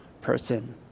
person